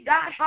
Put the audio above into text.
God